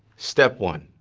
step one.